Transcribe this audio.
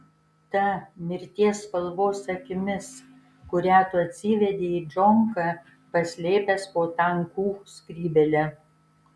ta mirties spalvos akimis kurią tu atsivedei į džonką paslėpęs po tankų skrybėle